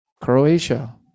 Croatia